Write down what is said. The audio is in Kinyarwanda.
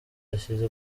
hashize